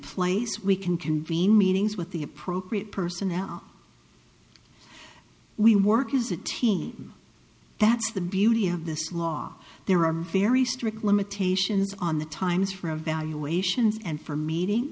place we can convene meetings with the appropriate personnel we work as a team that's the beauty of this law there are very strict limitations on the times for evaluations and for meeting